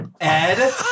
Ed